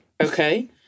Okay